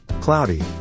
Cloudy